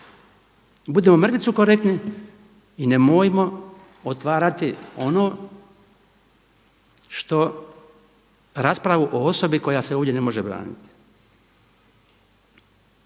barem mrvicu korektni i nemojmo otvarati raspravu o osobi koja se ovdje ne može braniti.